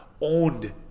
owned